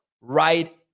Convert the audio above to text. right